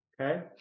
Okay